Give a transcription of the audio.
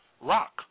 rock